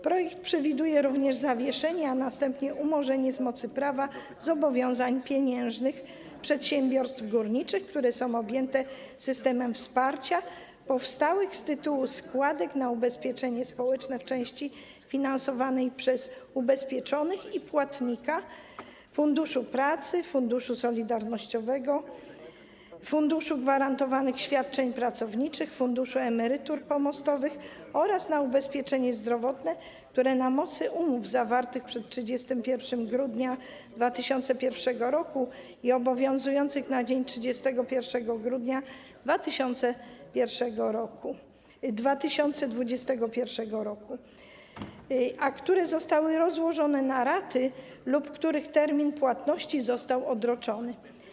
Projekt przewiduje również zawieszenie, a następnie umorzenie z mocy prawa zobowiązań pieniężnych przedsiębiorstw górniczych, które są objęte systemem wsparcia, powstałych z tytułu składek na ubezpieczenie społeczne w części finansowanej przez ubezpieczonych i płatnika, Fundusz Pracy, Fundusz Solidarnościowy, Fundusz Gwarantowanych Świadczeń Pracowniczych, Fundusz Emerytur Pomostowych oraz na ubezpieczenie zdrowotne, które na mocy umów zawartych przed 31 grudnia 2001 r. i obowiązujących na dzień 31 grudnia 2021 r. zostały rozłożone na raty, lub których termin płatności został odroczony.